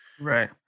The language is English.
Right